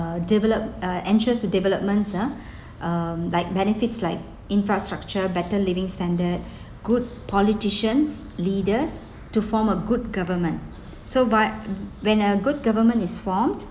uh develop uh anxious to developments ah like benefits like infrastructure better living standard good politicians leaders to form a good government so but when a good government is formed